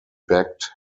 begged